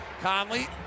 Conley